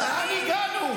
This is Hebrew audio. לאן הגענו?